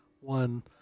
One